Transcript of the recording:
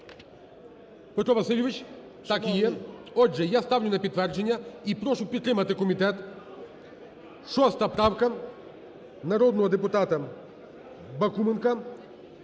Петро Васильович, так і є. Отже, я ставлю на підтвердження і прошу підтримати комітет, 6 правка народного депутата Бакуменка,